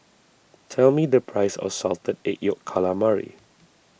tell me the price of Salted Egg Yolk Calamari